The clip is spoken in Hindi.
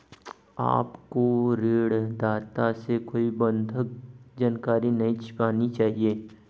आपको ऋणदाता से कोई बंधक जानकारी नहीं छिपानी चाहिए